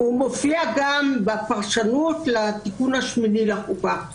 הוא מופיע גם בפרשנות לתיקון השמיני לחוקה האמריקאית.